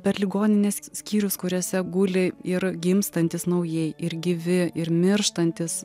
per ligoninės skyrius kuriuose guli ir gimstantys naujai ir gyvi ir mirštantys